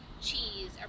cheese